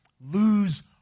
lose